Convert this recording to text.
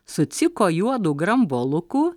sutiko juodu grambuolukų